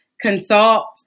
consult